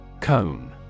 Cone